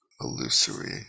illusory